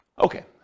Okay